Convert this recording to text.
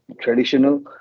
traditional